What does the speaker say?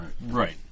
Right